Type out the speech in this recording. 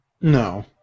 No